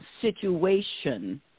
situation